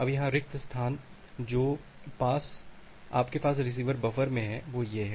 अब यहाँ रिक्त स्थान जो आपके पास रिसीवर बफर में है वह यह है